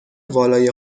والای